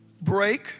break